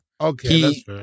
Okay